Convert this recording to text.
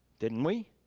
didn't we?